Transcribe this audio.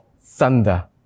Thunder